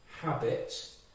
habits